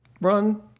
run